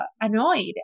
annoyed